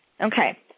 Okay